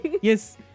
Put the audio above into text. Yes